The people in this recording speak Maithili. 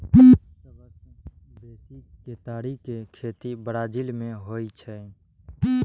सबसं बेसी केतारी के खेती ब्राजील मे होइ छै